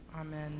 Amen